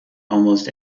almost